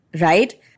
right